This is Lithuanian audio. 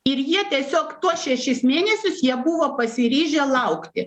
ir jie tiesiog tuos šešis mėnesius jie buvo pasiryžę laukti